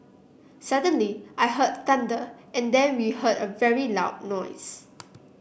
suddenly I heard thunder and then we heard a very loud noise